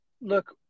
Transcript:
look